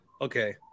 Okay